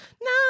No